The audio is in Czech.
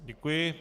Děkuji.